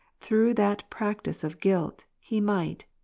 through that practice of guilt, he might,